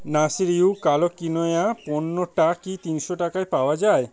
Nourish you কালো quinoa পণ্যটা কি তিনশো টাকায় পাওয়া যায়